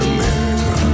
America